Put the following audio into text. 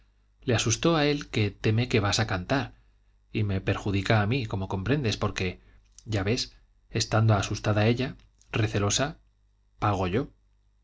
le asustó a él que teme que vas a cantar y me perjudica a mí como comprendes porque ya ves estando asustada ella recelosa pago yo